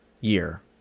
year